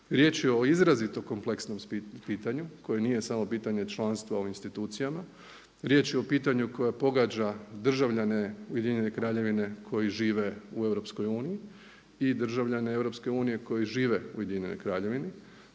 Riječ je o izrazito kompleksnom pitanju koje nije samo pitanje članstva u institucijama. Riječ je o pitanju koje pogađa državljane UK-a koji žive u EU i državljana EU koji žive u UK-u. Tu je i